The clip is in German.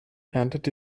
erntete